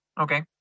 Okay